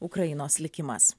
ukrainos likimas